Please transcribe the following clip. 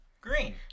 Green